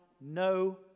no